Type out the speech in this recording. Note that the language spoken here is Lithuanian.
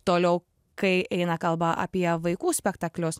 toliau kai eina kalba apie vaikų spektaklius